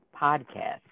podcast